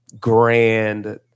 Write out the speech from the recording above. grand